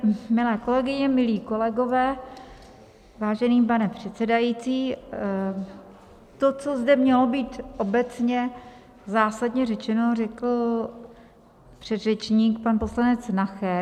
Milé kolegyně, milí kolegové, vážený pane předsedající, to, co zde mělo být obecně zásadně řečeno, řekl předřečník, pan poslanec Nacher.